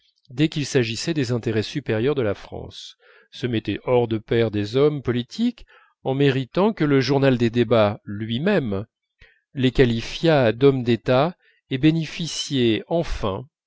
dès qu'il s'agissait des intérêts supérieurs de la france se mettaient hors de pair des hommes politiques en méritant que le journal des débats lui-même les qualifiât d'hommes d'état et bénéficiaient enfin